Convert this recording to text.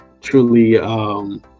truly